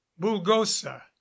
Bulgosa